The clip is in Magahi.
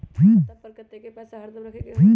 खाता पर कतेक पैसा हरदम रखखे के होला?